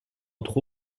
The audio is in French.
entre